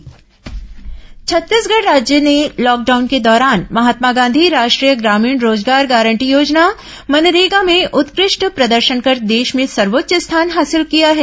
मनरेगा छत्तीसगढ़ राज्य ने लॉकडाउन के दौरान महात्मा गांधी राष्ट्रीय ग्रामीण रोजगार गारंटी योजना मनरेगा में उत्कृष्ट प्रदर्शन कर देश में सर्वोच्च स्थान हासिल किया है